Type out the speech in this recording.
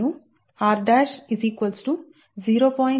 7788r r 0